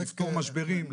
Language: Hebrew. לפתור משברים,